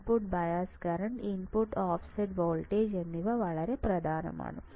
input bias current input offset voltage എന്നിവ വളരെ പ്രധാനമാണ്